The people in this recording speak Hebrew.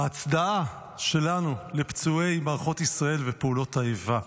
ההצדעה שלנו לפצועי מערכות ישראל ופעולות האיבה.